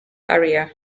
area